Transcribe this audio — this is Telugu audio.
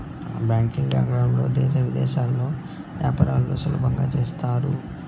బ్యాంకింగ్ రంగంలో దేశ విదేశాల్లో యాపారాన్ని సులభంగా చేత్తారు